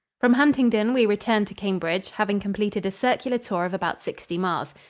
from huntingdon we returned to cambridge, having completed a circular tour of about sixty miles.